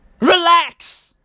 Relax